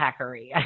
hackery